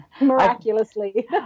miraculously